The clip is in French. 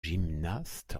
gymnaste